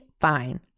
fine